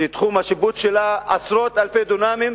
שתחום השיפוט שלה עשרות אלפי דונמים,